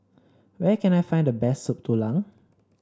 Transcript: where can I find the best Soup Tulang